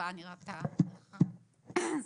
המרפאה נראתה סליחה.